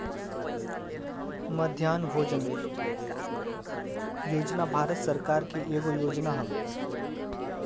मध्याह्न भोजन योजना भारत सरकार के एगो योजना हवे